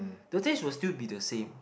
the taste was still be the same